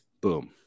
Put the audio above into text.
Boom